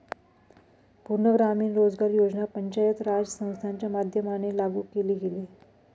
पूर्ण ग्रामीण रोजगार योजना पंचायत राज संस्थांच्या माध्यमाने लागू केले गेले